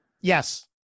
Yes